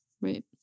right